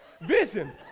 Vision